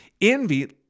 envy